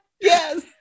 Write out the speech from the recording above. Yes